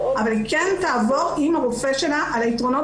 אבל היא כן תעבור עם הרופא שלה על היתרונות